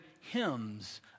hymns